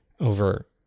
over